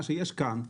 מה שיש כאן,